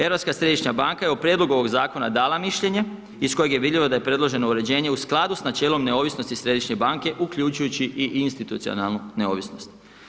Europska središnja banka je u prijedlogu ovog zakona dala mišljenje iz kojeg je vidljivo da je preloženo uređenje u skladu sa načelom neovisnosti Središnje banke, uključujući i institucionalnu neovisnost.